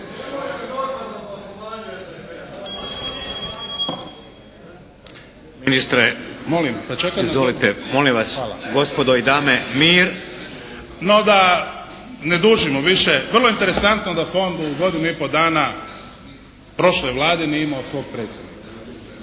Izvolite. Molim vas gospodo i dame, mir! **Šuker, Ivan (HDZ)** No da ne dužimo više. Vrlo je interesantno da fond u godinu i pol dana u prošloj Vladi nije imao svog predsjednika.